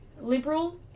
liberal